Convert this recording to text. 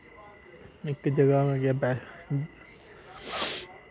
इक जगह में गेआ बै